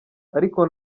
ariko